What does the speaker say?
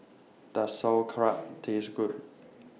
Does Sauerkraut Taste Good